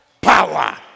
power